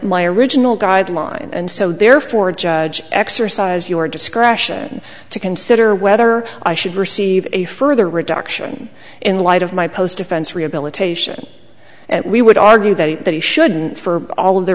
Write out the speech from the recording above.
my original guideline and so therefore a judge exercise your discretion to consider whether i should receive a further reduction in light of my post offense rehabilitation and we would argue that that he shouldn't for all of the